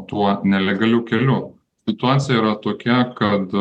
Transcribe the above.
tuo nelegaliu keliu situacija yra tokia kad